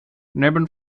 neben